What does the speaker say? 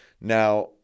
Now